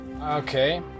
Okay